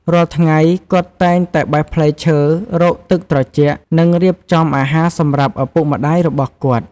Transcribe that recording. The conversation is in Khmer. រាល់ថ្ងៃ គាត់តែងតែបេះផ្លែឈើ រកទឹកត្រជាក់ និងរៀបចំអាហារសម្រាប់ឪពុកម្ដាយរបស់គាត់។